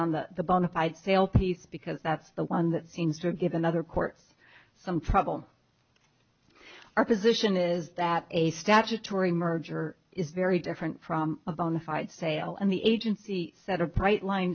on the the bonafied fail piece because that's the one that seems to give another court some problem our position is that a statutory merger is very different from a bona fide sale and the agency set upright line